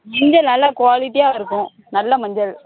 இங்கே நல்லா குவாலிட்டியாக இருக்கும் நல்ல மஞ்சள்